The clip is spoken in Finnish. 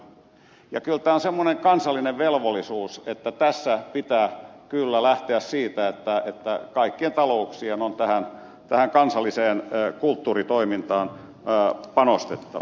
ja kyllä tämä on semmoinen kansallinen velvollisuus että tässä pitää kyllä lähteä siitä että kaikkien talouksien on tähän kansalliseen kulttuuritoimintaan panostettava